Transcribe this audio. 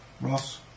Ross